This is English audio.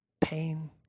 pain